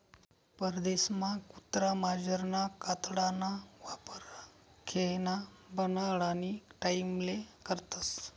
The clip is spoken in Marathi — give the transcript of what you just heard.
परदेसमा कुत्रा मांजरना कातडाना वापर खेयना बनाडानी टाईमले करतस